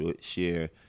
share